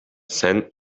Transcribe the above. sen